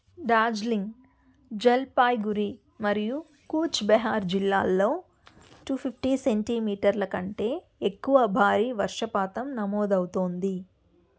డార్జిలింగ్ జల్పాయ్గురి మరియు కూచ్బెహార్ జిల్లాల్లో two fifty సెంటీమీటర్ల కంటే ఎక్కువ భారీ వర్షపాతం నమోదు ఆవుతోంది